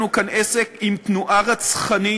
יש לנו כאן עסק עם תנועה רצחנית